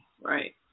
Right